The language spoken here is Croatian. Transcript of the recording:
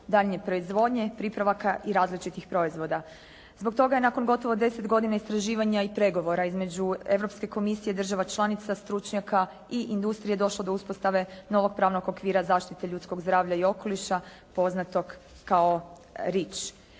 daljnje proizvodnje, pripravaka i različitih proizvoda. Zbog toga je nakon 10 godina istraživanja i pregovora između Europske komisije i država članica, stručnjaka i industrije došlo do uspostave novog pravnog okvira zaštite ljudskog zdravlja i okoliša poznatog kao Rich.